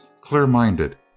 clear-minded